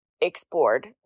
explored